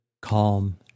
calm